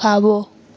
खाॿो